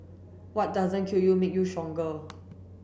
what doesn't kill you make you stronger